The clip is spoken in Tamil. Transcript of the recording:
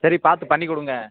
சரி பார்த்து பண்ணிக் கொடுங்க